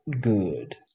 good